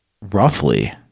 Roughly